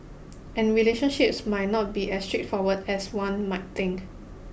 and relationships might not be as straightforward as one might think